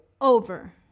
over